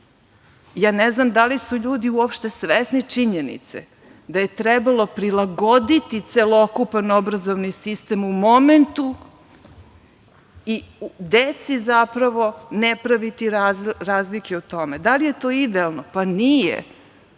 Ne znam da li su ljudi uopšte svesni činjenice da je trebalo prilagoditi celokupan obrazovni sistem u momentu i deci ne praviti razlike u tome. Da li je to idealno? Pa nije.